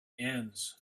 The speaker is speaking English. ends